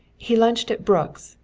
he lunched at brooks',